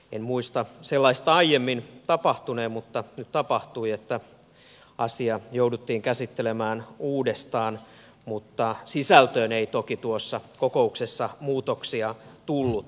en muista sellaista aiemmin tapahtuneen mutta nyt tapahtui niin että asia jouduttiin käsittelemään uudestaan mutta sisältöön ei toki tuossa kokouksessa muutoksia tullut